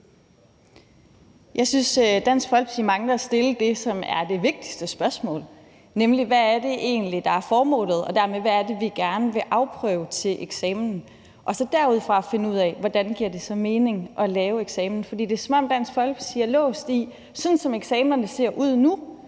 Jeg synes, at Dansk Folkeparti stadig mangler at stille det, der er det vigtigste spørgsmål, nemlig hvad det egentlig er, der er formålet, og hvad det dermed er, vi gerne vil afprøve til eksamen, så vi derudfra kan finde ud af, hvordan det så giver mening at gennemføre eksamenerne. For det er, som om Dansk Folkeparti er låst i, at der er nogle,